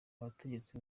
abategetsi